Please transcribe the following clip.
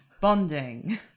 Bonding